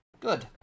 Good